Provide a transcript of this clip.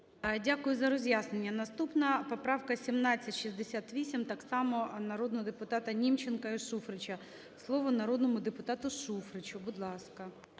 Дякую за роз'яснення. Наступна поправка 1768 – так само народного депутата Німченка і Шуфрича. Слово народному депутату Шуфричу. Будь ласка.